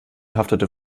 haftete